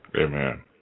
Amen